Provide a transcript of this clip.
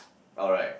alright